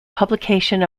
publication